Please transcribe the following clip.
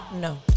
No